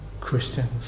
Christians